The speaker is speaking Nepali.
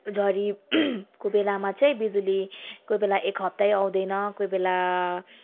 झरी को बेलामा चाहिँ बिजुली कोही बेला एक हप्तै आउँदैन कोही बेला